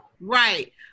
Right